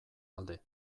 alde